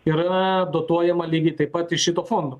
yra dotuojama lygiai taip pat šito fondo